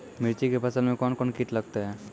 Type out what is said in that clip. मिर्ची के फसल मे कौन कौन कीट लगते हैं?